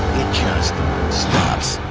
just stops